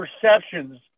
perceptions